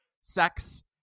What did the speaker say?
sex